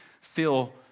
feel